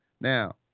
Now